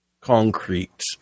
concrete